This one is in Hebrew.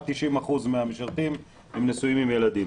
90 אחוזים מהמשרתים הם נשואים עם ילדים.